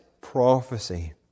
prophecy